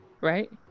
right